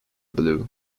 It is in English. blue